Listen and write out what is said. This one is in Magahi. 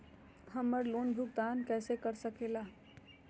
हम्मर लोन भुगतान कैसे कर सके ला?